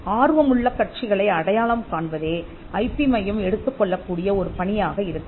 ஆர்வமுள்ள கட்சிகளை அடையாளம் காண்பதே ஐ பி மையம் எடுத்துக் கொள்ளக்கூடிய ஒரு பணியாக இருக்கலாம்